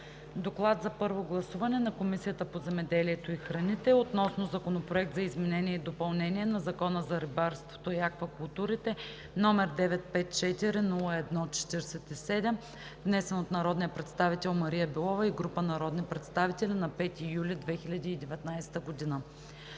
„ДОКЛАД за първо гласуване на Комисията по земеделието и храните относно Законопроект за изменение и допълнение на Закона за рибарството и аквакултурите, № 954-01-47, внесен от народния представител Мария Белова и група народни представители на 5 юли 2019 г.